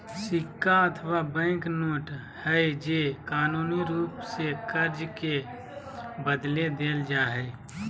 सिक्का अथवा bank note हइ जे कानूनी रूप से कर्ज के बदले देल जा हइ